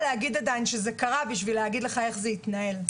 להגיד עדיין שזה קרה כדי להגיד לך איך זה יתנהל.